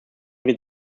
wird